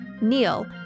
Neil